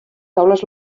taules